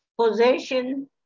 possession